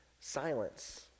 silence